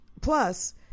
Plus